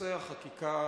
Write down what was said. בנושא החקיקה